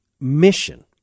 mission